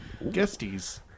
Guesties